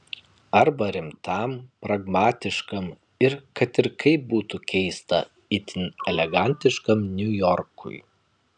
arba rimtam pragmatiškam ir kad ir kaip būtų keista itin elegantiškam niujorkui